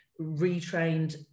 retrained